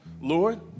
Lord